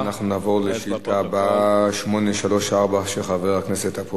אם כך, אנחנו נעבור לנושא האחרון על סדר-היום,